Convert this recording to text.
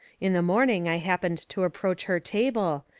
in the morning i happened to approach her table,